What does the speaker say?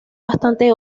bastante